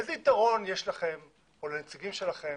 איזה יתרון יש לכם או לנציגים שלכם